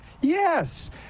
yes